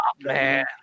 man